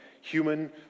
human